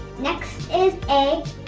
next is a.